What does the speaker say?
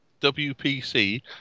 WPC